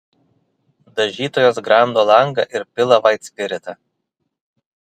dažytojas gramdo langą ir pila vaitspiritą